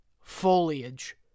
Foliage